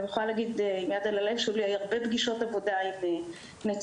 עם יד הלב, היו לי הרבה פגישות עבודה עם נציגי